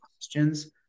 questions